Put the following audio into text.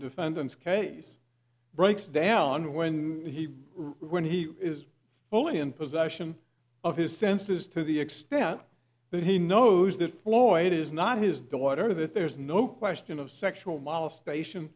defendant's case breaks down when he returned he is fully in possession of his senses to the extent that he knows that floyd is not his daughter that there's no question of sexual molestation